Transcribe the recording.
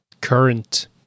current